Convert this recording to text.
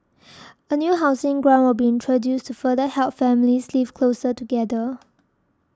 a new housing grant will be introduced to further help families live closer together